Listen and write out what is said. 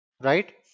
right